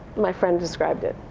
my friend described it.